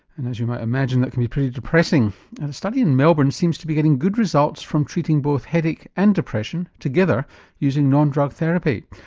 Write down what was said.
and as you might imagine that can be pretty depressing and a study in melbourne seems to be getting good results from treating both headache and depression together using non-drug therapy.